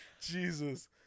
Jesus